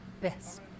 best